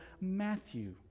Matthew